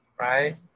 right